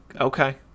Okay